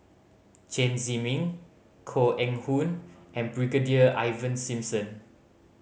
Chen Zhiming Koh Eng Hoon and Brigadier Ivan Simson